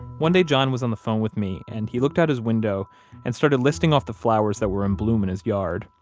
one day, john was on the phone with me, and he looked out his window and started listing off the flowers that were in bloom in his yard,